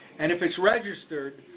and if it's registered,